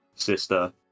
sister